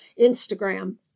Instagram